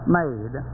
made